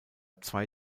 zwei